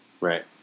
right